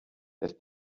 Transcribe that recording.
dass